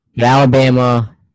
Alabama